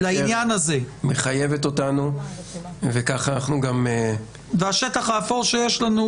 מחייבת אותנו וכך אנחנו גם --- הדבר שצריך